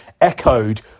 echoed